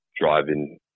driving